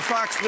Fox